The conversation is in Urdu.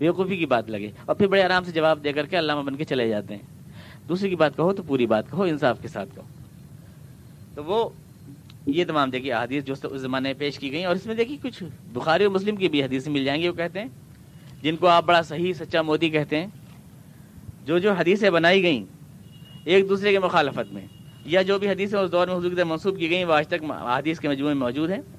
بے وقوفی کی بات لگے اور پھر بڑے آرام سے جواب دے کر کے علامہ بن کے چلے جاتے ہیں۔ دوسری کی بات کہو تو پوری بات کہو، انصاف کے ساتھ کہو۔ تو وہ- یہ تمام دیکھیے احادیث جو اس زمانے میں پیش کی گئیں اور اس میں دیکھیے کچھ بخاری اور مسلم کی بھی حدیثیں مل جائیں گی، وہ کہتے ہیں، جن کو آپ بڑا صحیح، سچا مودی کہتے ہیں۔ جو جو حدیثیں بنائی گئیں، ایک دوسرے کے مخالفت میں، یا جو بھی حدیثیں اس دور میں حضور کی طرف منسوب کی گئیں، وہ آج تک احادیث کے مجموعے میں موجود ہیں۔